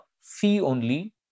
fee-only